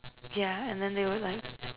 yeah and then they would like